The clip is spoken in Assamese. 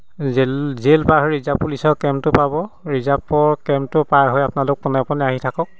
জেল জেল পাৰ হৈ ৰিজাৰ্ভ পুলিচৰ কেম্পটো পাব ৰিজাৰ্ভৰ কেম্পটো পাৰ হৈ আপোনালোক পোনে পোনে আহি থাকক